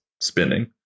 spinning